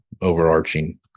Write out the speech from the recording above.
overarching